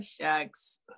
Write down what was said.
shucks